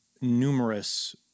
numerous